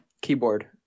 keyboard